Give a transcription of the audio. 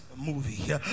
movie